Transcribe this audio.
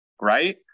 Right